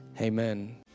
Amen